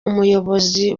ubuyobozi